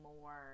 more